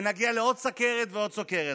ונגיע לעוד סוכרת ועוד סוכרת.